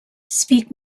speak